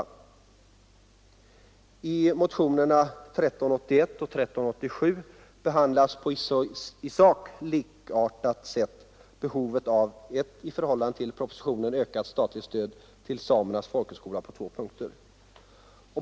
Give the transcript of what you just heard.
I motionerna 1974:1381 och 1387 behandlas på i sak likartat sätt behovet av ett i förhållande till propositionen ökat statligt stöd till Samernas folkhögskola på två punkter.